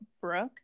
Brooke